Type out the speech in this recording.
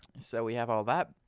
so we have all that.